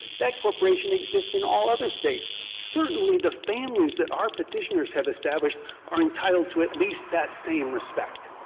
that corporation exists in all other states. certainly, the families that our petitioners have established are entitled to at least that same respect.